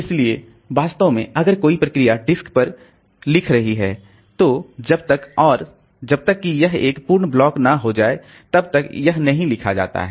इसलिए वास्तव में अगर कोई प्रोसेस डिस्क पर लिख रही है तो जब तक और जब तक कि यह एक पूर्ण ब्लॉक न हो जाए तब तक यह नहीं लिखा जाता है